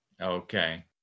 Okay